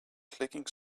clicking